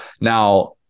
Now-